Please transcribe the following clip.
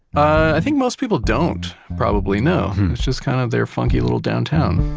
i think most people don't probably know. it's just kind of their funky little downtown